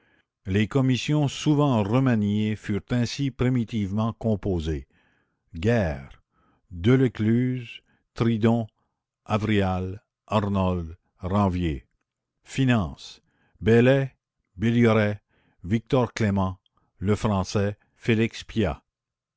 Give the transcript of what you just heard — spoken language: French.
les commissions souvent remaniées furent ainsi primitivement composées guerre delescluze tridon avrial arnold ranvier finances beslay billioray victor clément lefrançais